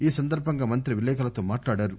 ఈ సందర్బంగా మంత్రి విలేకరులతో మాట్లాడారు